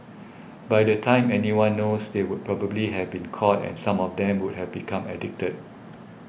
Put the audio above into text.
by the time anyone knows they would probably have been caught and some of them would have become addicted